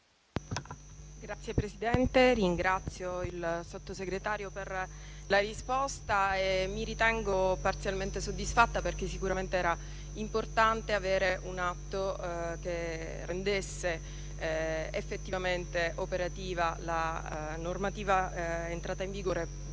Signor Presidente ringrazio il Sottosegretario per la risposta e mi ritengo parzialmente soddisfatta, perché era sicuramente importante avere un atto che rendesse effettivamente operativa la normativa, entrata in vigore